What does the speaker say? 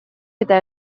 eta